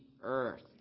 earth